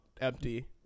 empty